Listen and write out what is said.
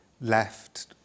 left